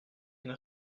une